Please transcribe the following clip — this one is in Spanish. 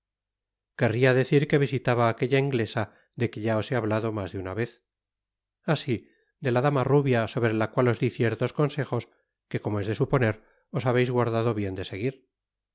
querria decir que visitaba aquella inglesa de que ya os he hablado mas de una vez ah si de la dama rubia sobre la cuat os di ciertos consejos que como es de suponer os habeis guardado bien de seguir